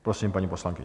Prosím, paní poslankyně.